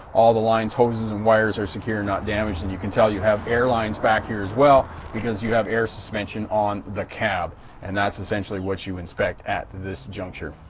all the lines, hoses, and wires are secure, not damaged. and you can tell you have airlines back here as well because you have air suspension on the cab and that's essentially what you inspect at this juncture.